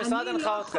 המשרד מנחה אתכם.